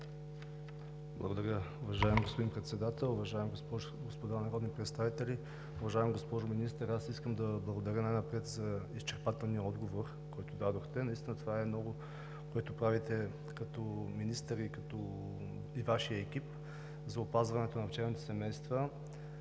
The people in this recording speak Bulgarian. Благодаря, уважаеми господин Председател. Уважаеми народни представители! Уважаема госпожо Министър, аз искам да благодаря най-напред за изчерпателния отговор, който дадохте. Наистина това е много, което правите като министър, както и Вашият екип, за опазването на пчелните семейства.